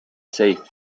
safe